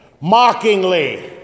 mockingly